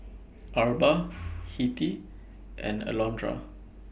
Arba Hettie and Alondra